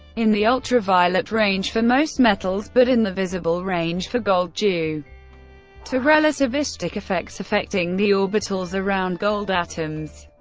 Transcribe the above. in the ultraviolet range for most metals, but in the visible range for gold due to relativistic effects affecting the orbitals around gold atoms.